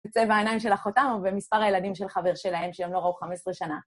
בצבע העיניים של אחותם ובמספר הילדים של חבר שלהם שהם לא ראו 15 שנה.